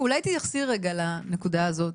אולי תתייחסי רגע לנקודה הזו,